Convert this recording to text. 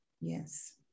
Yes